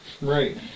Right